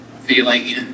Feeling